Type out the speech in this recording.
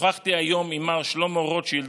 שוחחתי היום עם מר שלמה רוטשילד,